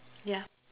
yeah